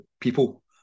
people